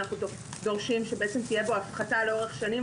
אנחנו דורשים שבעצם תהיה בו הפחתה לאורך שנים,